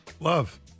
Love